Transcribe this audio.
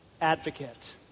advocate